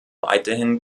weiterhin